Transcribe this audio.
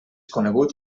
conegut